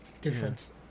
difference